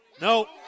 No